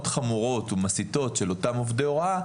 חמורות ומסיתות של אותם עובדי הוראה,